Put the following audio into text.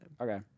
okay